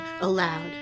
aloud